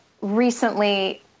recently